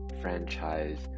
franchise